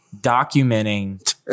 documenting